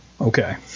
Okay